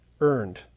earned